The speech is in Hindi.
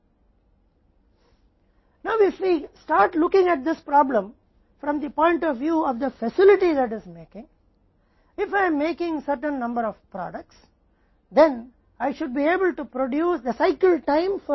अब यदि हम इस समस्या को देखना शुरू कर रहे हैं तो उस सुविधा के दृष्टिकोण से जो मैं निश्चित संख्या में उत्पादों को बना रहा हूं तो मैं प्रत्येक उत्पाद के लिए चक्र समय का उत्पादन करने में सक्षम होना चाहिए यह वांछनीय है कि चक्र समय समान है